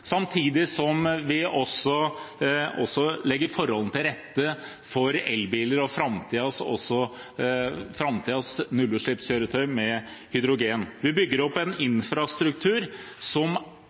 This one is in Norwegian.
samtidig som vi også legger forholdene til rette for elbiler og framtidens nullutslippskjøretøy med hydrogen. Vi bygger opp en infrastruktur som